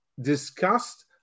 discussed